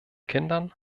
kindern